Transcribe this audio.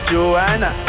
Joanna